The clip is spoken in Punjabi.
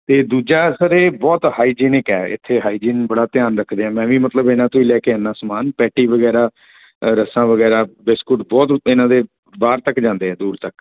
ਅਤੇ ਦੂਜਾ ਸਰ ਇਹ ਬਹੁਤ ਹਾਈਜੀਨਕ ਹੈ ਇੱਥੇ ਹਾਈਜੀਨ ਬੜਾ ਧਿਆਨ ਰੱਖਦੇ ਆ ਮੈਂ ਵੀ ਮਤਲਬ ਇਹਨਾਂ ਤੋਂ ਹੀ ਲੈ ਕੇ ਆਉਂਦਾ ਸਮਾਨ ਪੈਟੀ ਵਗੈਰਾ ਰਸਾਂ ਵਗੈਰਾ ਬਿਸਕੁਟ ਬਹੁਤ ਇਹਨਾਂ ਦੇ ਬਾਹਰ ਤੱਕ ਜਾਂਦੇ ਆ ਦੂਰ ਤੱਕ